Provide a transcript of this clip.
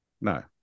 no